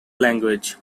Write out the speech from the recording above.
language